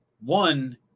one